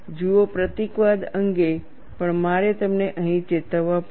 જુઓ પ્રતીકવાદ અંગે પણ મારે તમને અહીં ચેતવવા પડશે